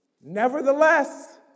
Nevertheless